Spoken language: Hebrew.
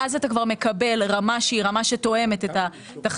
ואז אתה כבר מקבל רמה שהיא רמה שתואמת את התחזיות.